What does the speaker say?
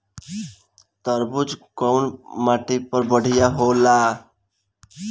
तरबूज कउन माटी पर बढ़ीया होला?